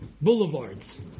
Boulevards